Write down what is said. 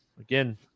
again